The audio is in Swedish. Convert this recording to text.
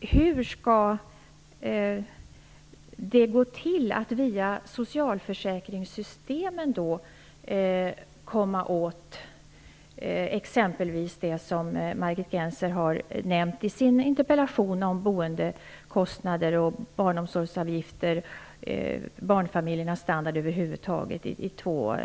Hur skall man via socialförsäkringssystemen komma åt det som Margit Gennser har nämnt i sin interpellation, där det handlade om boendekostnader, barnomsorgsavgifter och barnfamiljers standard över huvud taget i två